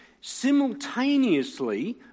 simultaneously